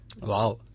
Wow